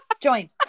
Join